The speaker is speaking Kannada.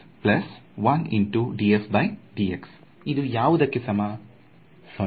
ವಿದ್ಯಾರ್ಥಿ 0 0